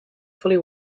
fully